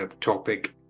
topic